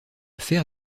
fer